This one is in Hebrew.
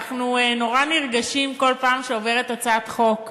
אנחנו נורא נרגשים כל פעם שעוברת הצעת חוק,